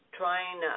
trying